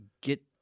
get